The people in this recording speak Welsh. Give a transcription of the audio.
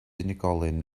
unigolyn